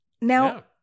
Now